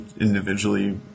individually